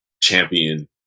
champion